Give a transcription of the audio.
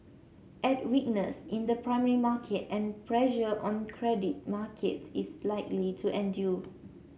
add weakness in the primary market and pressure on credit markets is likely to endure